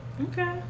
Okay